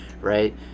right